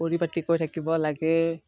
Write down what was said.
পৰিপাটিকৈ থাকিব লাগে